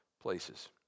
places